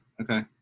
Okay